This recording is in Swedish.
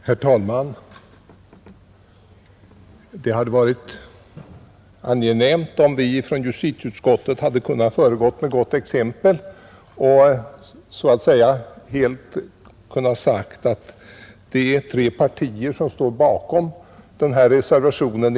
Herr talman! Det hade varit angenämt om vi från justitieutskottet hade kunnat föregå med gott exempel och kunnat säga att det är tre partier som enigt står bakom den här reservationen.